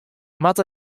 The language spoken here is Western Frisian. moat